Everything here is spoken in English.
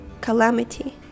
calamity